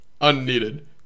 unneeded